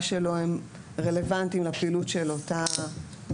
שלו הם רלוונטיים לפעילות של אותו גוף,